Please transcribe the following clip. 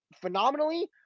phenomenally